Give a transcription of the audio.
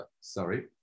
Sorry